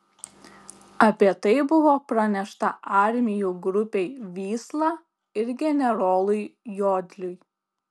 apie tai buvo pranešta armijų grupei vysla ir generolui jodliui